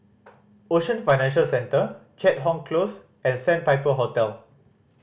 Ocean Financial Centre Keat Hong Close and Sandpiper Hotel